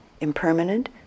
impermanent